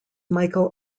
michael